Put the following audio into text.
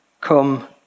come